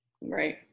Right